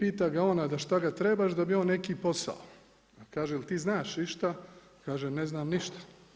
I pita ga on da šta ga trebaš, da bi on neki posao, a kaže jel' ti znaš išta, kaže ne znam ništa.